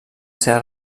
ser